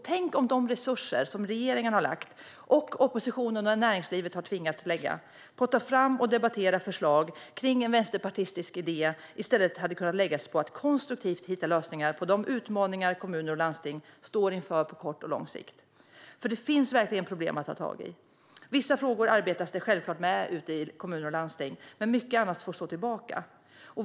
Tänk om de resurser som regeringen har lagt - och som opposition och näringsliv har tvingats lägga - på att ta fram och debattera förslag kring en vänsterpartistisk idé i stället hade kunnat läggas på att konstruktivt hitta lösningar på de utmaningar som kommuner och landsting står inför på kort och lång sikt? För det finns verkligen problem att ta tag i. Vissa frågor arbetas det självklart med ute i kommuner och landsting, men mycket annat får stå tillbaka.